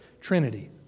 Trinity